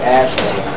asking